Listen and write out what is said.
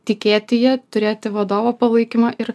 tikėti ja turėti vadovo palaikymą ir